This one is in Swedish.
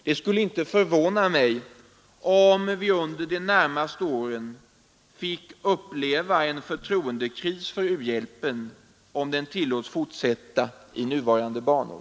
Det skulle inte förvåna mig om vi under de närmaste åren fick uppleva en förtroendekris för u-hjälpen, om den tillåts fortsätta i nuvarande banor.